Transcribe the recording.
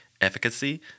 efficacy